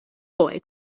boy